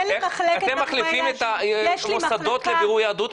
אין לי מחלקת בירורי יהדות,